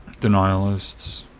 denialists